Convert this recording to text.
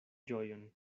ĝojon